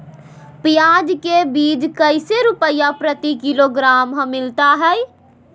प्याज के बीज कैसे रुपए प्रति किलोग्राम हमिलता हैं?